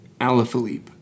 Alaphilippe